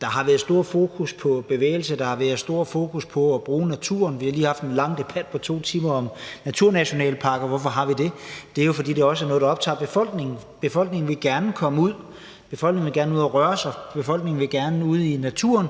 der har været stort fokus på bevægelse, der har været stort fokus på at bruge naturen. Vi har lige haft en lang debat på to timer om naturnationalparker – hvorfor har vi det? Det er jo, fordi det også er noget, der optager befolkningen. Befolkningen vil gerne komme ud, befolkningen vil gerne ud at røre sig, befolkningen vil gerne ud i naturen,